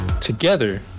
Together